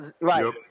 right